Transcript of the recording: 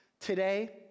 today